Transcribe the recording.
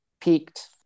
peaked